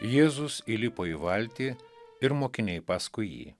jėzus įlipo į valtį ir mokiniai paskui jį